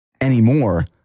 anymore